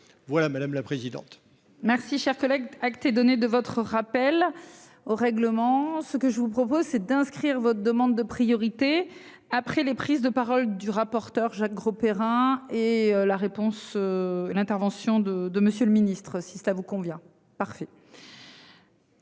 Voilà, madame la présidente. Merci, cher collègue, acte donner de votre rappel au règlement, ce que je vous propose, c'est d'inscrire votre demande de priorité après les prises de parole du rapporteur, Jacques Grosperrin. Et la réponse. L'intervention de de Monsieur le Ministre, si cela vous convient parfaitement.